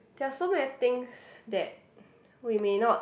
there're so many things that we may not